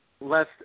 less